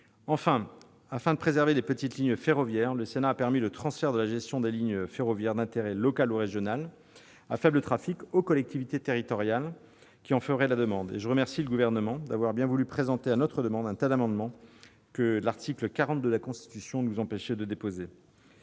Enfin, afin de préserver les petites lignes ferroviaires, le Sénat a permis le transfert de la gestion des lignes ferroviaires d'intérêt local ou régional à faible trafic aux collectivités territoriales qui en feraient la demande. Je remercie le Gouvernement d'avoir bien voulu présenter, à notre demande, un amendement en ce sens, que l'article 40 de la Constitution nous empêchait de déposer.